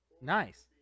Nice